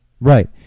Right